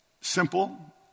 simple